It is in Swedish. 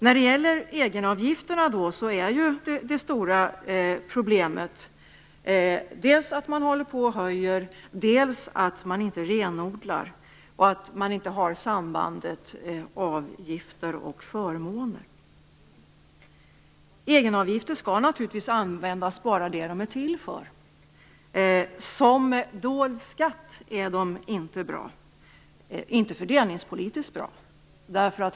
När det gäller egenavgifterna är det stora problemet dels att man håller på och höjer, dels att man inte renodlar och inte har ett samband mellan avgifter och förmåner. Egenavgifter skall naturligtvis användas till enbart det de är till för. Som dold skatt är de inte fördelningspolitiskt bra.